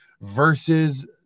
versus